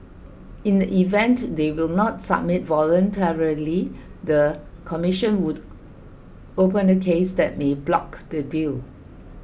in the event they will not submit voluntarily the commission would open a case that may block the deal